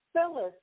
Phyllis